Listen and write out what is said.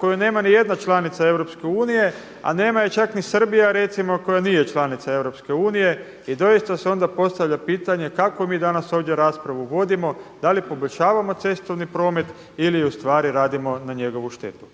koju nema niti jedna članica EU, a nema je čak ni Srbija recimo koja nije članica EU. I dosta se onda postavlja pitanje kakvu mi danas ovdje raspravu vodimo, da li poboljšavamo cestovni promet ili ustvari radimo na njegovu štetu.